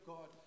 God